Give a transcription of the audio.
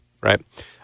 right